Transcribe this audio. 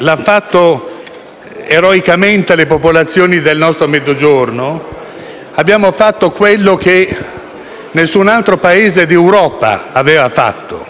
Quando eravamo a quel punto, ci siamo sentiti dire che avremmo dovuto limitare e regolare i flussi dei migranti verso il nostro Paese.